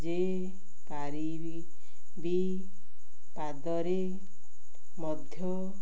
ଯେ ପାରିବି ପାଦରେ ମଧ୍ୟ